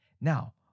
Now